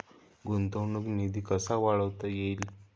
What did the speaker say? गुंतवणूक निधी कसा वाढवता येईल?